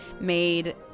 made